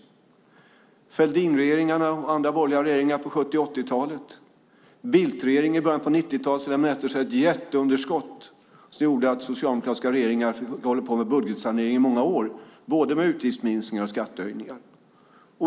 Det var Fälldinregeringarna och andra borgerliga regeringar på 70 och 80-talen och Bildtregeringen i början av 90-talet som lämnade efter sig ett jätteunderskott som gjorde att socialdemokratiska regeringar fick hålla på med budgetsanering i många år, både med utgiftsminskningar och med skattehöjningar.